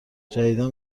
جدیدا